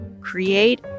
create